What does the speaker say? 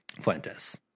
Fuentes